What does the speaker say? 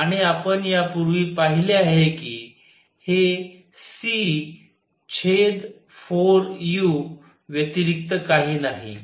आणि आपण यापूर्वी पाहिले आहे की हे c छेद 4 u व्यतिरिक्त काही नाही